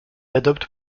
adopte